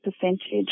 percentage